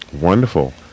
Wonderful